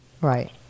Right